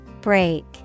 Break